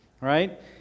right